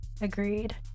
Agreed